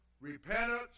Repentance